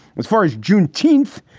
as far as juneteenth,